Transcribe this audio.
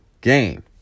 game